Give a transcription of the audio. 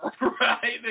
Right